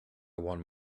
want